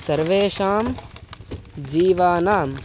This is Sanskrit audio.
सर्वेषां जीवानाम्